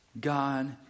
God